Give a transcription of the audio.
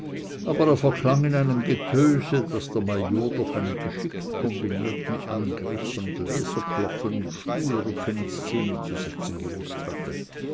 aber er verklang in einem getöse das der major durch einen geschickt kombinierten angriff von gläserklopfen und stuhlrücken in szene zu setzen gewußt hatte